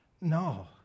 No